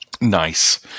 Nice